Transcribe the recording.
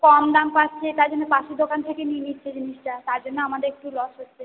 কম দাম পাচ্ছে তাই জন্য পাশের দোকান থেকে নিয়ে নিচ্ছে জিনিসটা তার জন্য আমাদের একটু লস হচ্ছে